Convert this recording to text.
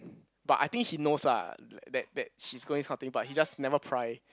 but I think he knows lah like that that she's going this kind of thing but he just never pry